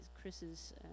Chris's